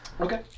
Okay